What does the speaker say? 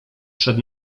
przed